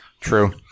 True